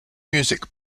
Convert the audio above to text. music